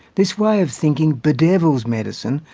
this way of thinking bedevils medicine,